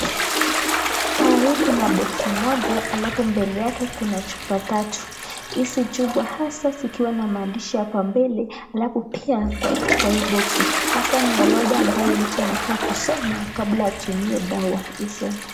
Kwa hii kuna boksi moja halafu mbele yake kuna chupa tatu. Hizi chupa hasa zikiwa na maandishi hapa mbele halafu pia kwa hii boksi haswa ni orodha ambayo mtu anafaa kusoma kabla ya kutumia dawa hizo.